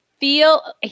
Feel